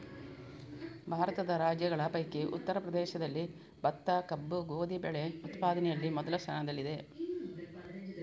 ಭಾರತದ ರಾಜ್ಯಗಳ ಪೈಕಿ ಉತ್ತರ ಪ್ರದೇಶದಲ್ಲಿ ಭತ್ತ, ಕಬ್ಬು, ಗೋಧಿ ಬೆಳೆ ಉತ್ಪಾದನೆಯಲ್ಲಿ ಮೊದಲ ಸ್ಥಾನದಲ್ಲಿದೆ